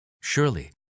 Surely